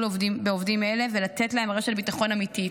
בעובדים האלה ולתת להם רשת ביטחון אמיתית.